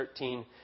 13